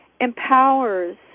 empowers